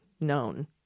known